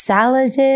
Salad